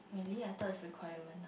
really I thought is requirement